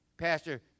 Pastor